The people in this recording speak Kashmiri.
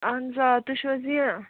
اَہَن سا آ تُہۍ چھِو حظ یہِ